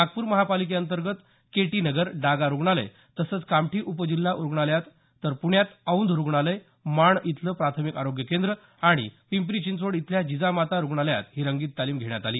नागपूर महानगरपालिकेंतर्गत केटी नगर डागा रुग्णालय तसंच कामठी उपजिल्हा रुग्णालयात तर पृण्यात औंध रुग्णालय माण इथलं प्राथमिक आरोग्य केंद्र आणि पिंपरी चिंचवड इथल्या जिजामाता रुग्णालयात ही रंगीत तालीम घेण्यात आली